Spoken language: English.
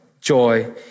joy